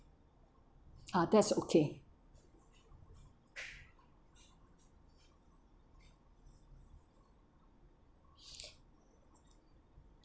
ah that's okay